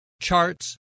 charts